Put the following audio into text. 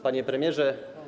Panie Premierze!